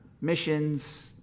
missions